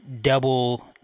double